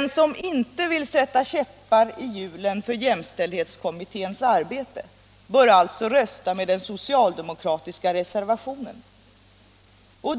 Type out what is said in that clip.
Den som inte vill sätta käppar i hjulen för jämställdhetskommitténs arbete bör alltså rösta med den socialdemokratiska reservationen 3.